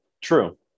True